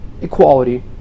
equality